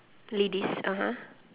ladies (uh huh)